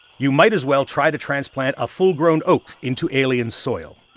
you might as well try to transplant a full-grown oak into alien soil